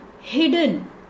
hidden